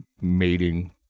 mating